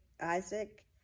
Isaac